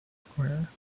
square